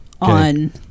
on